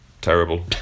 Terrible